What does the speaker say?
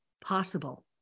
possible